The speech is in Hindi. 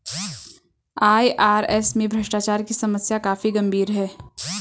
आई.आर.एस में भ्रष्टाचार की समस्या काफी गंभीर है